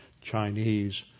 Chinese